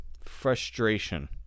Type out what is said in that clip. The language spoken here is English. frustration